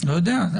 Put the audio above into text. לא יודע.